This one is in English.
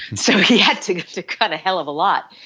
so he had to to cut a hell of a lot.